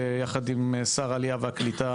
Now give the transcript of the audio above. יחס עם שר העלייה והקליטה,